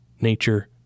nature